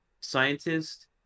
scientist